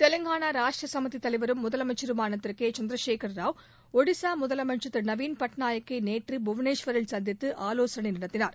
தெலுங்கானா ராஷ்ட்ர சுமிதி தலைவரும் முதலமைச்சருமான திரு கே சந்திரசேகர ராவ் ஒடிசா முதலமைச்சர் திரு நவீன் பட்நாயக்கை நேற்று புவனேஸ்வரில் சந்தித்து ஆலோசனை நடத்தினார்